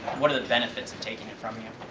what are the benefits of taking it from you?